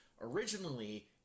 Originally